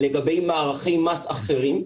לגבי מערכי מס אחרים,